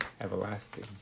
everlasting